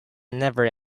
never